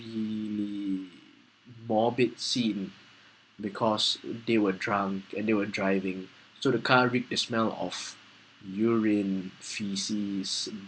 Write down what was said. morbid scene because they were drunk and they were driving so the car reek the smell of urine faeces